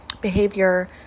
behavior